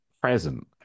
present